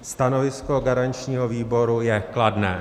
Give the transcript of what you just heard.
Stanovisko garančního výboru je kladné.